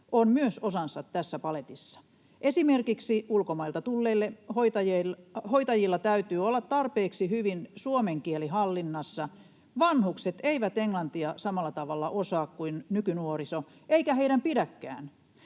on myös osansa tässä paletissa. Esimerkiksi ulkomailta tulleilla hoitajilla täytyy olla tarpeeksi hyvin suomen kieli hallinnassa — vanhukset eivät englantia samalla tavalla osaa kuin nykynuoriso, eikä heidän pidäkään.